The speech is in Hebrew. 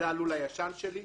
זה הלול הישן שלי,